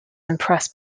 impressed